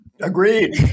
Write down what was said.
Agreed